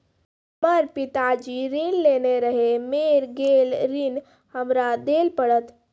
हमर पिताजी ऋण लेने रहे मेर गेल ऋण हमरा देल पड़त?